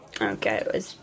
Okay